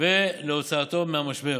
ולהוצאתו מהמשבר,